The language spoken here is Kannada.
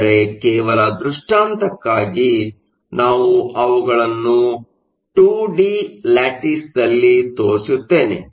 ಆದರೆ ಕೇವಲ ದೃಷ್ಟಾಂತಕ್ಕಾಗಿ ನಾನು ಅವುಗಳನ್ನು 2 ಡಿ ಲ್ಯಾಟಿಸ್ದಲ್ಲಿ ತೋರಿಸುತ್ತೇನೆ